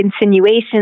insinuations